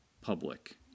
public